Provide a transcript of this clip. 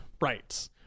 right